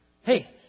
Hey